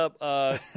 up